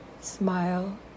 Smile